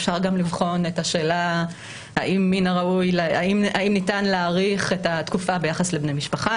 אפשר גם לבחון את השאלה אם ניתן להאריך את התקופה ביחס לבני משפחה,